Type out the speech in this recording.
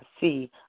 see